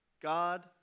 God